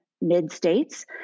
mid-states